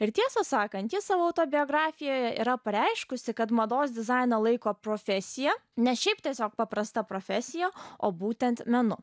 ir tiesą sakant jie savo autobiografijoje yra pareiškusi kad mados dizainą laiko profesija ne šiaip tiesiog paprasta profesija o būtent menu